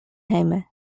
hejme